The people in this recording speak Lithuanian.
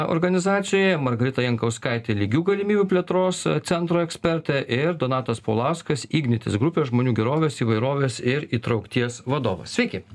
organizacijoje margarita jankauskaitė lygių galimybių plėtros centro ekspertė ir donatas paulauskas ignitis grupės žmonių gerovės įvairovės ir įtraukties vadovas sveiki